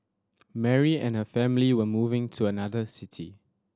Mary and her family were moving to another city